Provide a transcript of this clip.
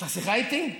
יש לך שיחה איתי?